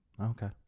Okay